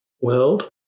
world